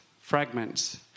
fragments